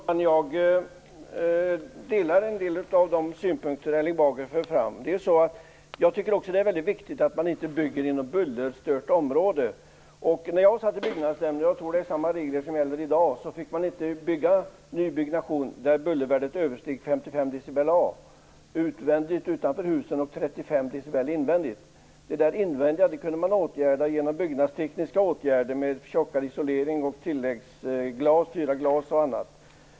Herr talman! Jag delar en del av de synpunkter som Erling Bager för fram. Jag tycker också att det är väldigt viktigt att man inte bygger inom ett bullerstört område. När jag satt i byggnadsnämnd, och jag tror att samma regler gäller i dag, fick man inte bygga där bullervärdet översteg 55 decibel A utvändigt och 35 decibel invändigt. Det invändiga kunde man åtgärda genom byggnadstekniska åtgärder med tjockare isolering och tilläggsglas.